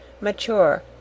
mature